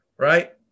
Right